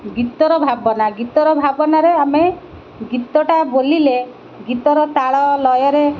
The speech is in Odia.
ଗୀତର ଭାବନା ଗୀତର ଭାବନାରେ ଆମେ ଗୀତଟା ବୋଲିଲେ ଗୀତର ତାଳ ଲୟରେ